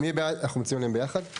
אנחנו מצביעים עליהם ביחד?